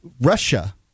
Russia